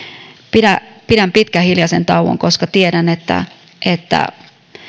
pidän pitkän hiljaisen tauon koska tiedän että että